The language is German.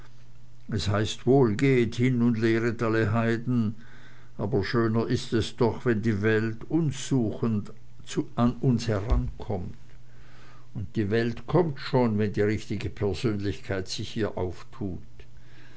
es heißt wohl gehet hin und lehret alle heiden aber schöner ist es doch wenn die welt uns suchend an uns herankommt und die welt kommt schon wenn die richtige persönlichkeit sich ihr auftut